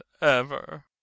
ever